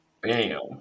Bam